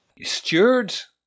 Stewards